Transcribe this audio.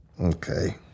Okay